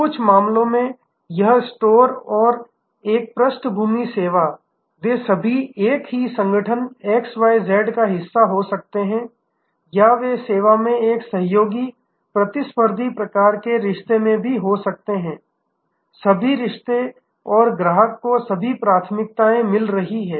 कुछ मामलों में यह स्टोर और एक पृष्ठभूमि सेवा वे सभी एक ही संगठन XYZ का हिस्सा हो सकते हैं या वे वास्तव में एक सहयोगी प्रतिस्पर्धी प्रकार के रिश्ते में भी हो सकते हैं सभी रिश्ते और ग्राहक को सभी प्राथमिकताएं मिल रही हैं